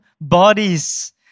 bodies